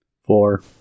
four